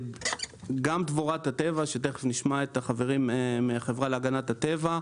גם דבורת הטבע שתכף נשמע את החברים מהחברה להגנת הטבע.